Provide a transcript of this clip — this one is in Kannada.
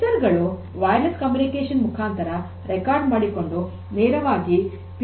ಸಂವೇದಕಗಳು ವಯರ್ಲೆಸ್ ಕಮ್ಯುನಿಕೇಷನ್ ಮುಖಾಂತರ ರೆಕಾರ್ಡ್ ಮಾಡಿಕೊಂಡು ನೇರವಾಗಿ ಪಿ ಎಲ್ ಸಿ ಸಿಸ್ಟಮ್ ಗೆ ಕಳುಹಿಸಿಕೊಡುತ್ತದೆ